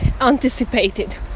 anticipated